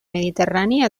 mediterrani